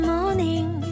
Morning